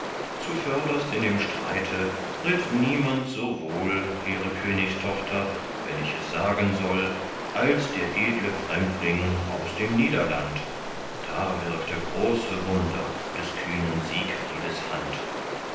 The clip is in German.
zuvörderst in dem streite ritt niemand so wohl hehre königstochter wenn ich es sagen soll als der edle fremdling aus dem niederland da wirkte große wunder des kühnen siegfriedes hand